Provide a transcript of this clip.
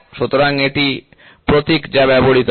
সুতরাং এটি প্রতীক যা ব্যবহৃত হয়